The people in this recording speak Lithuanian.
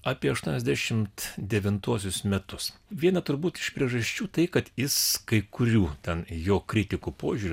apieaštuoniasdešimt devintuosius metus viena turbūt iš priežasčių tai kad jis kai kurių ten jo kritikų požiūriu